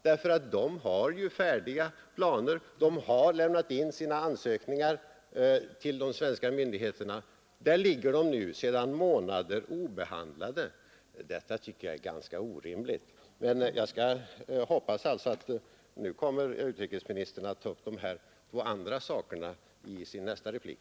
Organisationerna har ju färdiga planer och har lämnat in sina ansökningar till de svenska myndigheterna. Där ligger de nu sedan månader tillbaka obehandlade. Detta tycker jag är ganska orimligt. Jag hoppas nu att utrikesministern kommer att ta upp de två kvarvarande punkterna i sin andra replik.